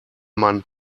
man